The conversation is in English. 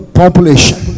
population